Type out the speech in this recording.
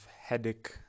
headache